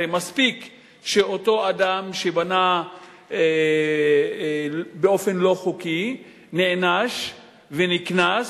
הרי מספיק שאותו אדם שבנה באופן לא חוקי נענש ונקנס